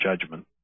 judgment